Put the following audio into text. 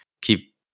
keep